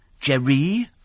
Jerry